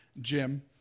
Jim